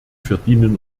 verdienen